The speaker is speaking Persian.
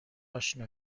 اشنا